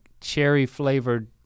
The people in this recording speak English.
cherry-flavored